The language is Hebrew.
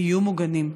יהיו מוגנים.